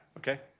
Okay